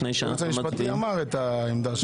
הייעוץ המשפטי אמר את עמדתו.